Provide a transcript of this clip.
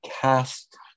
cast